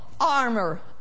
armor